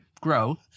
grow